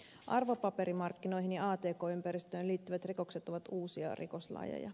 arvopaperimarkkinoihin ja atk ympäristöön liittyvät rikokset ovat uusia rikoslajeja